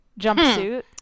jumpsuit